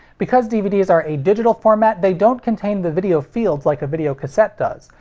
because dvds are a digital format, they don't contain the video fields like a videocassette does,